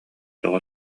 тоҕо